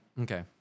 Okay